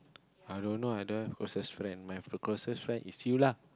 i don't know i don't have closest friend my closest friend is you lah